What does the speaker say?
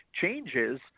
changes